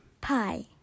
Pie